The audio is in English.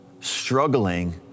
struggling